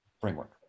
framework